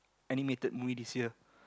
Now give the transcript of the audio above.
animated movie this year